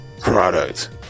product